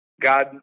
God